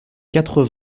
quatre